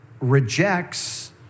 rejects